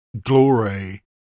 glory